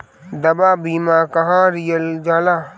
दवा बीमा काहे लियल जाला?